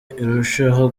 irushaho